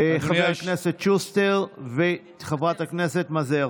חבר הכנסת שוסטר וחברת הכנסת מזרסקי.